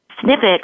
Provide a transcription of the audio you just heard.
snippet